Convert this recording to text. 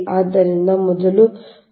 ಆದ್ದರಿಂದ ಮೊದಲು ವಿಭಾಗ 1 ಅನ್ನು ಪರಿಗಣಿಸಿ